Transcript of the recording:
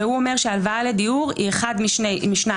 שהוא אומר שהלוואה לדיור היא אחת משתיים: